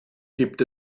gibt